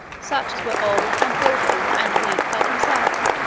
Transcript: such as were old, and wilful, and weak like himself.